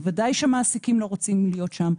בוודאי שמעסיקים לא רוצים להיות שם,